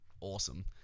awesome